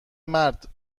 مرد